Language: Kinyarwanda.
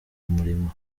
murima